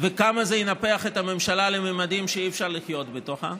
וכמה זה ינפח את הממשלה לממדים שאי-אפשר לחיות בתוכה,